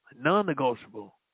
Non-negotiable